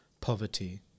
poverty